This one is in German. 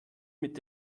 mit